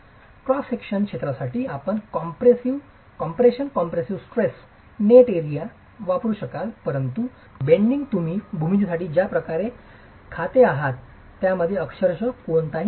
cross सेक्शनच्या क्षेत्रासाठी आपण कॉम्प्रेशन कॉम्प्रेसिव्ह स्ट्रेससाठी नेट एरिया वापरू शकाल परंतु बेंडिंग तुम्ही भूमितीसाठी ज्या प्रकारे खाते आहात त्यामध्ये अक्षरशः कोणताही बदल झाला नाही